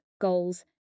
goals